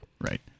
Right